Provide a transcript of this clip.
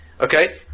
okay